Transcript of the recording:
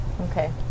Okay